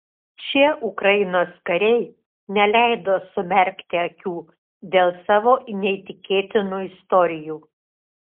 šie ukrainos kariai neleido sumerkti akių dėl savo neįtikėtinų istorijų